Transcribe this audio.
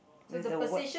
with the word